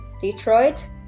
Detroit